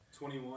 21